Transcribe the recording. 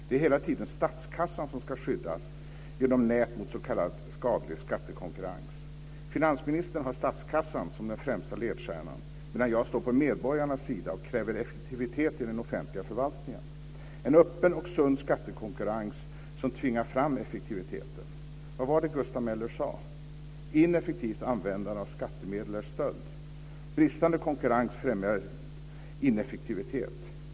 Det är hela tiden statskassan som ska skyddas genom nät mot s.k. skadlig skattekonkurrens. Finansministern har statskassan som den främsta ledstjärnan, medan jag står på medborgarnas sida och kräver effektivitet i den offentliga förvaltningen, en öppen och sund skattekonkurrens som tvingar fram effektiviteten. Vad var det Gustav Möller sade? Ineffektivt använda skattemedel är stöld. Bristande konkurrens främjar ineffektivitet.